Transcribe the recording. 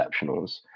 exceptionals